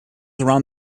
around